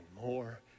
more